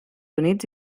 units